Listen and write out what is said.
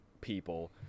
people